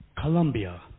Colombia